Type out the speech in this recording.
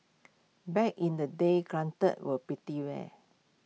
back in the day granted were pretty rare